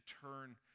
turn